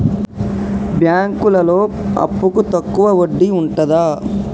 బ్యాంకులలో అప్పుకు తక్కువ వడ్డీ ఉంటదా?